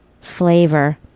flavor